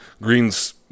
Greens